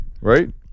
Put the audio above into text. right